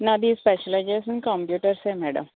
నాది స్పెసిలైజేషన్ కంప్యూటర్సే మేడం